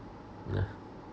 nah